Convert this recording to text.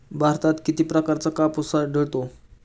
भारतात किती प्रकारचा कापूस आढळतो?